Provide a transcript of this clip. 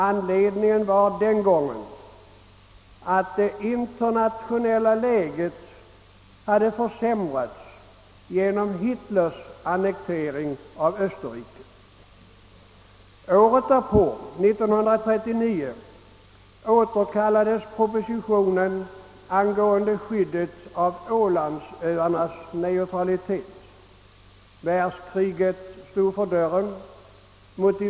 Anledningen den gången var att det internationella läget hade försämrats genom Hitlers annektering av Österrike. Året därpå, alltså 1939, återkallades en proposition angående skyddet av Ålandsöarnas neutralitet. Motiveringen då var att världskriget stod för dörren.